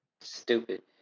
Stupid